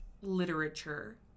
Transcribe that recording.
literature